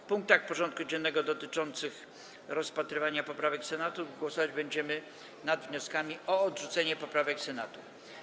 W punktach porządku dziennego dotyczących rozpatrywania poprawek Senatu głosować będziemy nad wnioskami o odrzucenie poprawek Senatu.